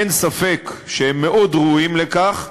אין ספק שהם מאוד ראויים לכך,